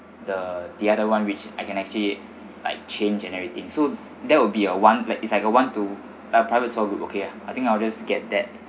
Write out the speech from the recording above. the the other one which I can actually like change and everything so there will be a one it's like a one to uh private tour group okay ah I think I'll just get that